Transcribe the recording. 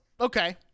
okay